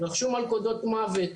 רכשו מלכודות מוות,